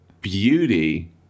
beauty